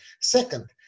Second